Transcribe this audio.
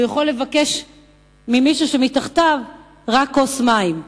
שהוא יכול לבקש ממישהו שמתחתיו רק כוס מים,